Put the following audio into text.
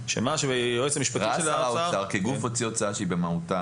"ראה שר האוצר כי גוף הוציא הוצאה שהיא במהותה,